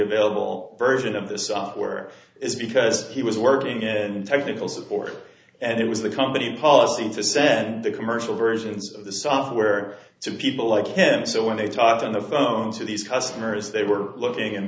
available version of the software is because he was working in technical support and it was the company policy to send the commercial versions of the software to people like him so when they talked on the phone to these customers they were living and